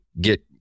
get